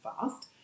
fast